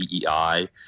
PEI